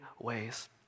ways